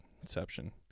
Inception